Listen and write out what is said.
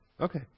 Okay